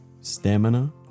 stamina